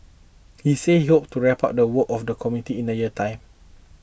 he said he hopes to wrap up the work of the committee in a year's time